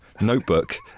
notebook